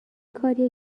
کاریه